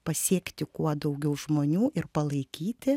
pasiekti kuo daugiau žmonių ir palaikyti